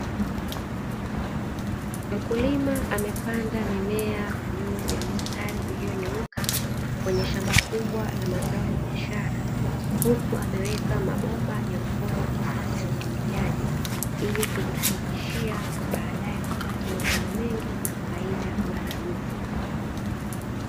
Mkulima amepanda mimea juu ya mistari iliyonyooka kwenye shamba kubwa la mazao ya biashara, huku ameweka mabomba ya mfumo wa kisasa wa umwagiliaji ili kujihakikishia baadae kupata mavuno mengi na faida mara dufu.